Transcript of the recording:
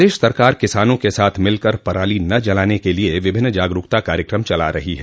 प्रदेश सरकार किसानों के साथ मिलकर पराली न जलाने के लिए विभिन्न जागरूकता कार्यक्रम चला रही है